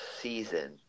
season